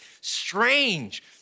strange